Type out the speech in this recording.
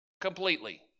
completely